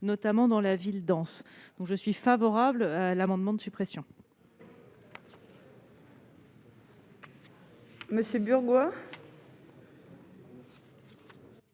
notamment dans la ville dense. Aussi, je suis favorable à ces amendements de suppression.